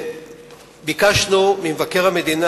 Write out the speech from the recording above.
ביקשנו ממבקר המדינה,